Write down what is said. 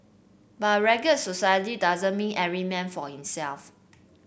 but a rugged society doesn't mean every man for himself